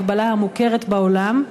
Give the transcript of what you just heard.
הגבלה המוכרת בעולם?